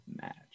match